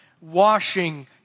washing